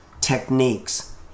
techniques